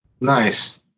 Nice